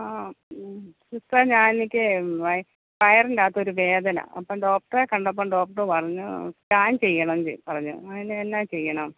ആ സിസ്റ്ററേ ഞാൻ എനിക്ക് വയ വയറിൻറെ അകത്തൊരു വേദന അപ്പം ഡോക്ടറെ കണ്ടപ്പം ഡോക്ടർ പറഞ്ഞു സ്കാൻ ചെയ്യണം ചെ പറഞ്ഞു അതിന് എന്നാ ചെയ്യണം